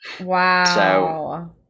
wow